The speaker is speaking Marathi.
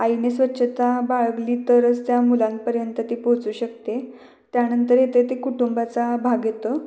आईने स्वच्छता बाळगली तरच त्या मुलांपर्यंत ती पोचू शकते त्यानंतर येथे त्या कुटुंबाचा भाग येतो